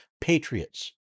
Patriots